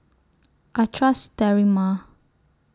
I Trust Sterimar